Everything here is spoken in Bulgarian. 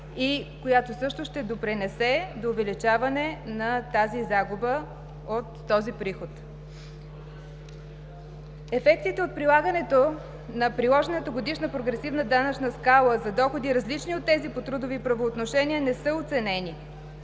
и която също ще допринесе до увеличаване на тази загуба от този приход. Ефектите от прилагането на приложената годишна прогресивна данъчна скала за доходи, различни от тези по трудови правоотношения, не са оценени.